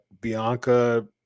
Bianca